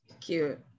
cute